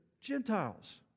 Gentiles